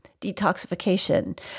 detoxification